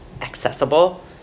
accessible